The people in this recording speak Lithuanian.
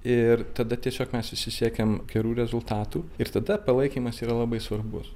ir tada tiesiog mes visi siekiam gerų rezultatų ir tada palaikymas yra labai svarbus